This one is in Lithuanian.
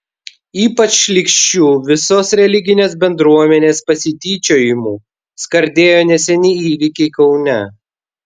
ypač šlykščiu visos religinės bendruomenės pasityčiojimu skardėjo neseni įvykiai kaune